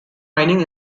mining